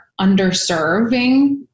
underserving